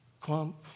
Clump